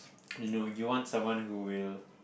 you know you want someone who will